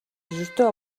ердөө